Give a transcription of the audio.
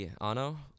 Ano